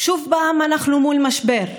שוב אנחנו מול משבר.